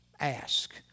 Ask